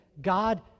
God